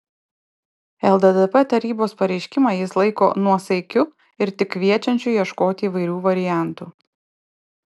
lddp tarybos pareiškimą jis laiko nuosaikiu ir tik kviečiančiu ieškoti įvairių variantų